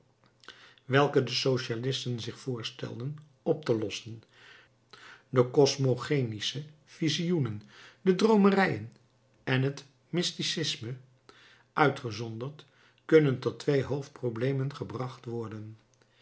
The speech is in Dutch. welke de socialisten zich voorstelden op te lossen de cosmogenische visioenen de droomerijen en het mysticismus uitgezonderd kunnen tot twee hoofdproblemen gebracht worden